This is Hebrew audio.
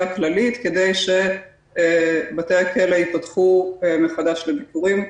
הכללית כדי שבתי הכלא ייפתחו מחדש לביקורים.